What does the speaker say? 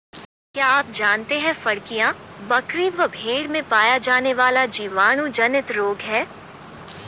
क्या आप जानते है फड़कियां, बकरी व भेड़ में पाया जाने वाला जीवाणु जनित रोग है?